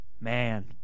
Man